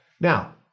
Now